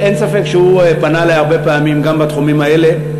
אין ספק שהוא פנה אלי הרבה פעמים גם בתחומים האלה,